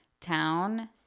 town